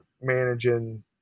managing